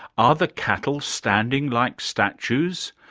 are the cattle standing like statues?